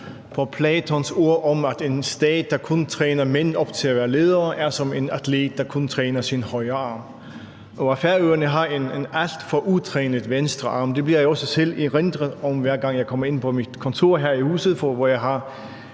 på Platons ord om, at en stat, der kun træner mænd op til at være ledere, er som en atlet, der kun træner sin højre arm, og at Færøerne har en alt for utrænet venstre arm, bliver jeg også selv erindret om, hver gang jeg kommer ind på mit kontor her i huset, hvor jeg har